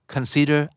Consider